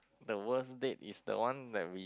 the worst date is the one that we